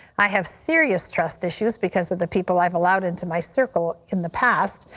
i have serious trust issues because of the people i've allowed into my circle in the past.